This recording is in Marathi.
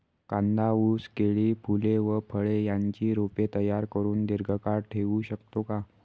कांदा, ऊस, केळी, फूले व फळे यांची रोपे तयार करुन दिर्घकाळ ठेवू शकतो का?